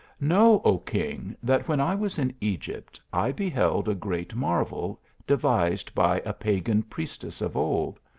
know, o king, that when i was in egypt i beheld a great marvel devised by a pagan priestess of old.